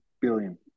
billion